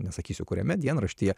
nesakysiu kuriame dienraštyje